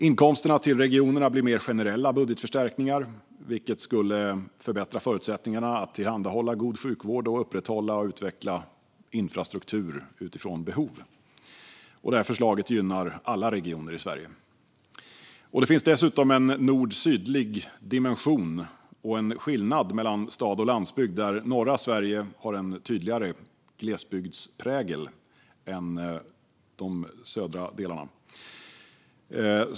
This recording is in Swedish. Inkomsterna till regionerna blir mer generella budgetförstärkningar, vilket skulle förbättra förutsättningarna att tillhandahålla god sjukvård och upprätthålla och utveckla infrastruktur utifrån behov. Förslaget gynnar alla regioner i Sverige. Dessutom finns en nord-syd-dimension och en skillnad mellan stad och landsbygd där de norra delarna av Sverige har en tydligare glesbygdsprägel än de södra delarna.